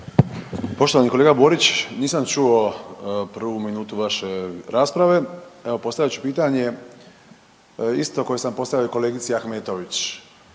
Poštovani kolega Borić nisam čuo prvu minutu vaše rasprave, evo postavit ću pitanje isto koje sam postavio i kolegici Ahmetović.